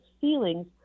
feelings